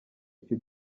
icyo